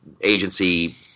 agency